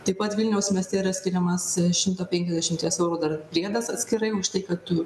taip pat vilniaus mieste yra skiriamas šimto penkiasdešimties eurų dar priedas atskirai už tai kad tu